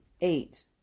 Eight